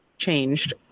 changed